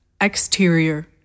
Exterior